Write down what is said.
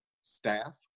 staff